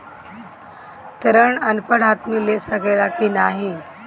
ऋण अनपढ़ आदमी ले सके ला की नाहीं?